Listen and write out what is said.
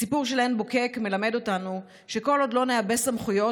הסיפור של עין בוקק מלמד אותנו שכל עוד לא נעבה סמכויות,